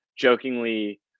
jokingly